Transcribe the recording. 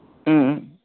ꯎꯝ ꯎꯝ